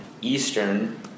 Eastern